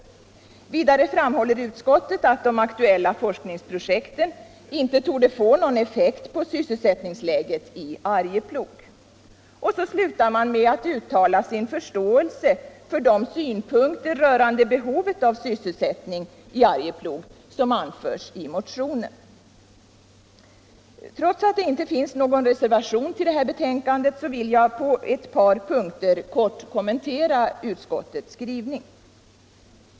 Vidare framhåller utskottet att de aktuella forskningsprojekten inte torde få någon effekt på sysselsättningsläget i Arjeplog. Utskottet slutar med att uttala sin förståelse för de synpunkter rörande behovet av sysselsättning i Arjeplog som anförs i motionen. Trots att det inte finns någon reservation till betänkandet vill jag ändå på ett par punkter kommentera utskottets skrivning.